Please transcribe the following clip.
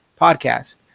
podcast